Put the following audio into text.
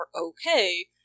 okay